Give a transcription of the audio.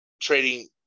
trading